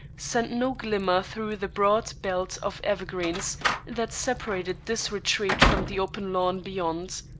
sent no glimmer through the broad belt of evergreens that separated this retreat from the open lawn beyond.